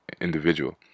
individual